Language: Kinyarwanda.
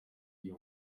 iyo